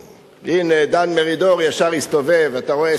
הנה, דן מרידור ישר הסתובב, אתה רואה?